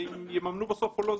אם יממנו בסוף או לא,